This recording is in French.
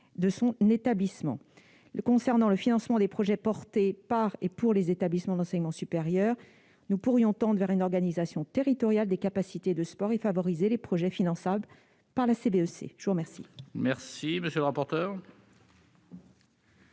étudiantes. Concernant le financement des projets développés par ou pour des établissements d'enseignement supérieur, on pourrait tendre vers une organisation territoriale des capacités de sport et favoriser les projets finançables par la contribution vie